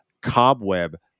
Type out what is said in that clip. cobweb